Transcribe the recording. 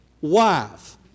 wife